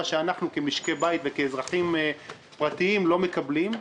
מה שאנחנו כמשקי בית וכאזרחים פרטיים לא מקבלים.